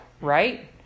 right